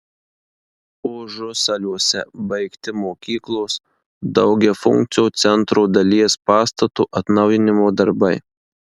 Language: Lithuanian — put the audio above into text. užusaliuose baigti mokyklos daugiafunkcio centro dalies pastato atnaujinimo darbai